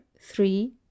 three